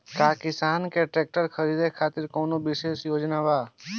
का किसान के ट्रैक्टर खरीदें खातिर कउनों विशेष योजना बा?